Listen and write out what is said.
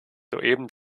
soeben